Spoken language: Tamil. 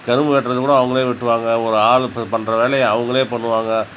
கரும்பு வெட்டுறது கூட அவங்களே வெட்டுவாங்க ஒரு ஆள் பண்ணுற வேலைய அவங்களே பண்ணுவாங்க